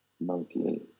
Monkey